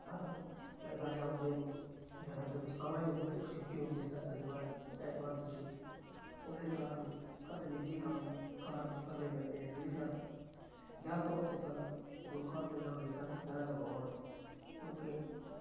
sir ਕਹਿੰਦੇ ਸਾਡੇ ਆਉਂਦੇ ਨਹੀਂ ਜਾਂ ਸਾਡੇ ਕੋਲ ਸਮਾਂ ਹੀ ਨਹੀਂ ਹੁੰਦਾ ਇੱਕ ਛੁੱਟੀ ਹੁੰਦੀ ਸਰ ਸ਼ਨੀਵਾਰ ਐਤਵਾਰ ਦੀ ਜੀ ਉਹਦੇ ਕਾਰਨ ਘਰ ਦੇ ਨਿੱਜੀ ਕੰਮ ਕਾਰਨ ਕਰਨੇ ਪੈਂਦੇ ਆ ਜਿਹਦੇ ਕਾਰਨ ਜ਼ਿਆਦਾ ਤੌਰ 'ਤੇ ਸਾਨੂੰ ਗੁਰੂ ਘਰ ਦੇ ਨਾਲ ਹੀ ਸਰ ਜ਼ਿਆਦਾ ਲਗਾਓ ਹੈ ਕਿਉਂਕਿ